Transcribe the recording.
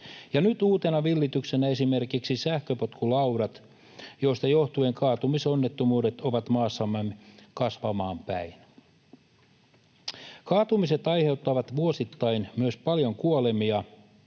ja nyt uutena villityksenä ovat esimerkiksi sähköpotkulaudat, joista johtuen kaatumisonnettomuudet ovat maassamme kasvamaan päin. Kaatumiset aiheuttavat vuosittain myös paljon kuolemia,